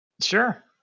Sure